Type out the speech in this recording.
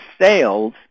sales